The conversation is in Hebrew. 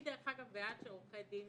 דרך-אגב, אני בעד שעורכי דין